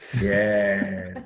Yes